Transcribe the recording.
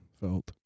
felt